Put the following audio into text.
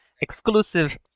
exclusive